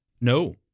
no